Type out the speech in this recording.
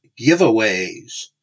giveaways